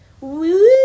Woo